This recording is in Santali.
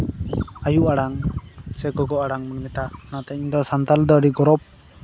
ᱟᱭᱳ ᱟᱲᱟᱝ ᱥᱮ ᱜᱚᱜᱚ ᱟᱲᱟᱝ ᱢᱮᱛᱟᱜ ᱚᱱᱟᱛᱮ ᱤᱧ ᱫᱚ ᱥᱟᱱᱛᱟᱲ ᱫᱚ ᱟᱹᱰᱤ ᱜᱚᱨᱚᱵᱽ